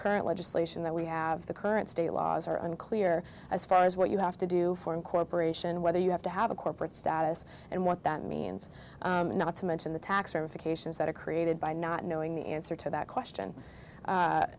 current legislation that we have the current state laws are unclear as far as what you have to do for incorporation whether you have to have a corporate status and what that means not to mention the tax verifications that are created by not knowing the answer to that question